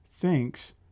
thinks